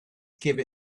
give